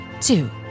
Two